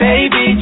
Baby